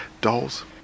dolls